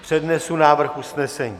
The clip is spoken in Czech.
Přednesu návrh usnesení.